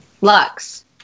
Lux